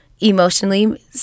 Emotionally